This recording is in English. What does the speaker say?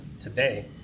today